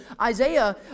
Isaiah